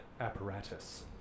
apparatus